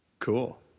Cool